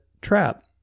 trap